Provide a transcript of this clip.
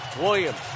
Williams